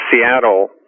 Seattle